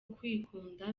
kwikunda